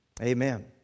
Amen